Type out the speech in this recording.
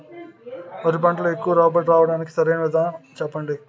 వరి పంటలో ఎక్కువ రాబడి రావటానికి సరైన విధానం చెప్పండి?